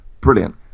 brilliant